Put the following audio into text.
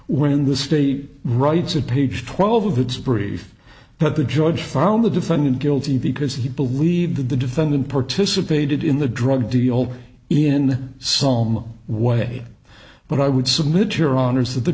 when the state rights of page twelve of its brief but the judge found the defendant guilty because he believed that the defendant participated in the drug deal in some way but i would